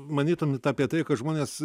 manytumėt apie tai kad žmonės